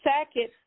Second